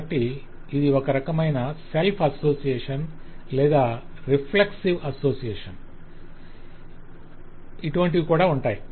కాబట్టి ఇది ఒక రకమైన సెల్ఫ్ అసోసియేషన్ లేదా రిఫ్లెక్సివ్ అసోసియేషన్ ఇవి కూడా ఉంటాయి